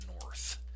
North